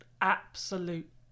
absolute